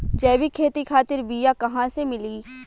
जैविक खेती खातिर बीया कहाँसे मिली?